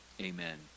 amen